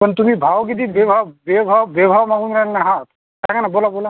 पण तुम्ही भाव किती बेभाव बेभाव बेभाव मागून राहिले ना हा सांगा ना बोला बोला